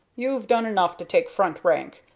you've done enough to take front rank,